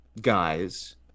guys